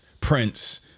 Prince